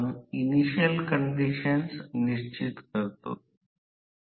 आता परस्परसंवाद r आणि F2 परिणामस्वरूप फ्लक्स r आणि F2 आहे जे एकमेकांच्या बाबतीत स्थिर असतात